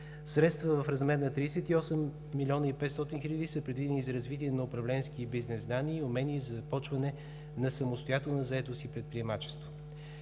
Средства в размер на 38 млн. 500 хил. лв. са предвидени за развитие на управленски и бизнес знания и умения за започване на самостоятелна заетост и предприемачество.